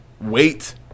wait